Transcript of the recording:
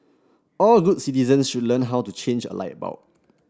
all good citizens should learn how to change a light bulb